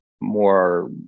more